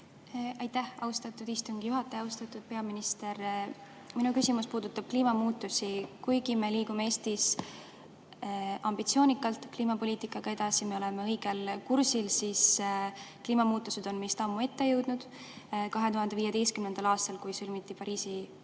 Aitäh, austatud istungi juhataja! Austatud peaminister! Minu küsimus puudutab kliimamuutusi. Me liigume Eestis ambitsioonikalt kliimapoliitikaga edasi, me oleme õigel kursil, aga kliimamuutused on meist ammu ette jõudnud. 2015. aastal, kui sõlmiti Pariisi